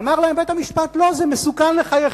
אמר להם בית-המשפט: לא, זה מסוכן לחייכם,